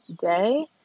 day